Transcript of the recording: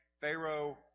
Pharaoh